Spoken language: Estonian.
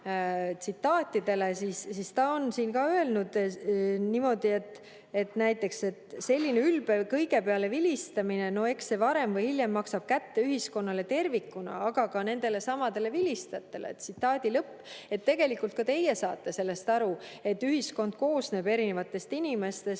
tsitaatidele, aga ta on ka öelnud niimoodi näiteks: "Selline ülbe kõige peale vilistamine, no eks see varem või hiljem maksab kätte ühiskonnale tervikuna, aga ka nendelesamadele vilistajatele." Nii et tegelikult ka teie saate aru, et ühiskond koosneb erinevatest inimestest,